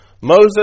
Moses